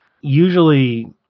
Usually